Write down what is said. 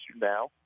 now